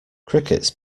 crickets